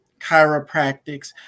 chiropractics